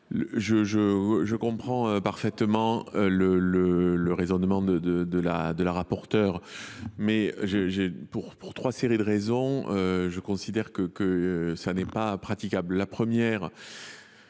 Je comprends parfaitement le raisonnement de Mme la rapporteure. Mais, pour trois séries de raisons, je considère que ce qu’elle propose